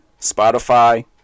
Spotify